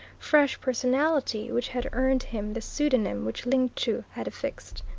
fresh personality which had earned him the pseudonym which ling chu had affixed.